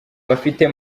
bafite